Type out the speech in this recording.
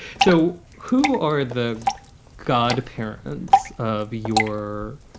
so who are the godparents of your.